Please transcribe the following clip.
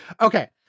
Okay